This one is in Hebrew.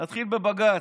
נתחיל בבג"ץ: